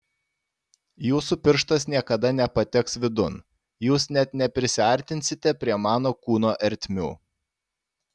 jūsų pirštas niekada nepateks vidun jūs net neprisiartinsite prie mano kūno ertmių